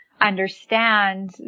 understand